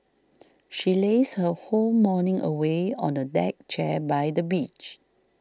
she lazed her whole morning away on a deck chair by the beach